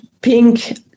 pink